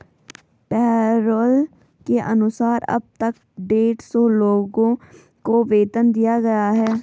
payroll के अनुसार अब तक डेढ़ सौ लोगों को वेतन दिया गया है